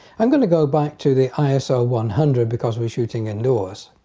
i'm going to go back to the iso one hundred because we're shooting indoors.